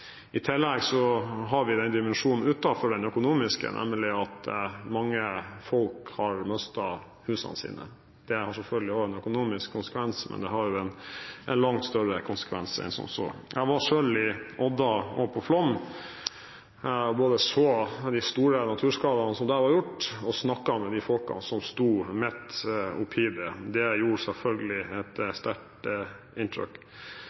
I tillegg har vi en dimensjon utenfor den økonomiske, nemlig at mange har mistet husene sine. Det har selvfølgelig en økonomisk konsekvens, men det har langt større konsekvenser enn som så. Jeg har selv vært i Odda og på Flåm og sett de store naturskadene som der hadde skjedd, og snakket med de folkene som sto midt oppi dette. Det gjorde selvfølgelig et sterkt inntrykk.